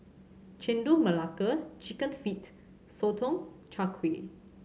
Chendol Melaka Chicken Feet Sotong Char Kway